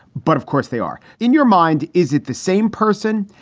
but of course, they are in your mind. is it the same person?